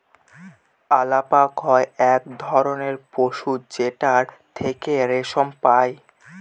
আলাপক হয় এক ধরনের পশু যেটার থেকে রেশম পাই